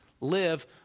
live